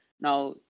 Now